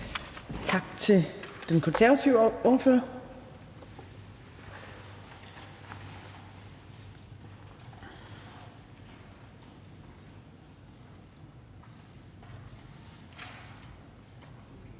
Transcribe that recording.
Tak til den konservative ordfører.